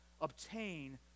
obtain